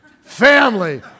family